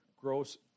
gross